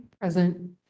present